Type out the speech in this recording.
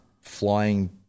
flying